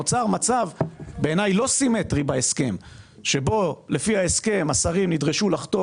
נוצר מצב לא סימטרי בהסכם שבו לפי ההסכם השרים נדרשו לחתום